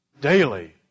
daily